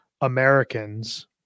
Americans